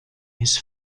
his